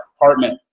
apartment